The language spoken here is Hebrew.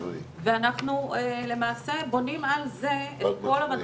נהוג, אם ביקשת מאותו יזם לבנות לך כיכר,